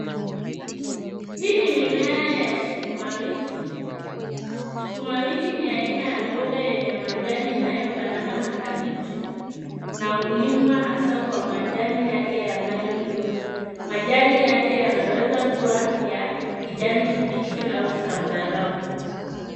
Hii ni mimea ya sukuma wiki sukuma wiki ni aina ya mboga yenye majani inayofanana na kabeji na hulimwa hasa kwa majani yake yanayoliwa majani yake yanaweza kuwa ya kijani kibichi au zambarau